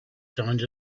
signs